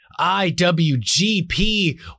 IWGP